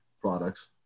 products